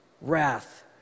wrath